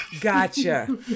Gotcha